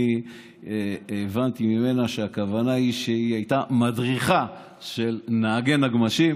אני הבנתי ממנה שהכוונה היא שהיא הייתה מדריכה של נהגי נגמ"שים.